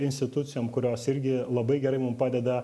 institucijom kurios irgi labai gerai mum padeda